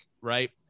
right